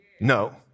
No